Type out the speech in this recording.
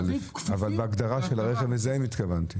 אבל בהגדרה של רכב מזהם התכוונתי.